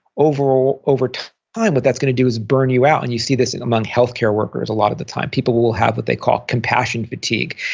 over ah over time, what that's going to do is burn you out. and you see this among healthcare workers a lot of the time. people will have what they call compassion fatigue.